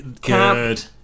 Good